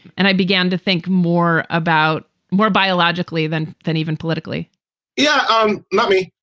and i began to think more about more biologically than than even politically yeah, um let me.